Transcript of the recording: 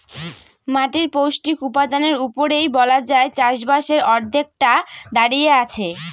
মাটির পৌষ্টিক উপাদানের উপরেই বলা যায় চাষবাসের অর্ধেকটা দাঁড়িয়ে আছে